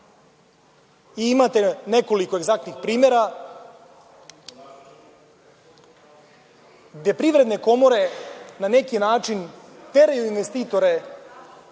Imate nekoliko egzaktnih primera gde privredne komore na neki način teraju investitore